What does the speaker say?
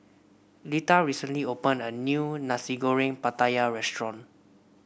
Litha recently opened a new Nasi Goreng Pattaya restaurant